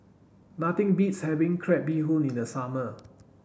nothing beats having crab bee hoon in the summer